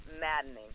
maddening